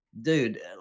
dude